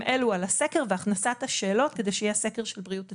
אלו על הסקר והכנסת השאלות כדי שיהיה סקר של בריאות הציבור.